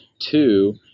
Two